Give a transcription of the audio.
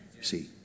see